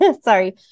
Sorry